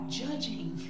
judging